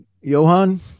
Johan